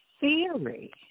Theory